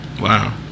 wow